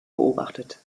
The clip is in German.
beobachtet